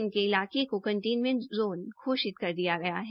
उनके इलाके को कंटेनमेंट जोन घोषित कर दिया गया है